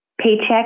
paycheck